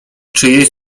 czyjeś